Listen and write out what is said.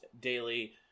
daily